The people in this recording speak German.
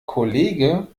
kollege